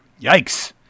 Yikes